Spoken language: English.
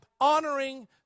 honoring